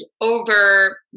over